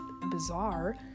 bizarre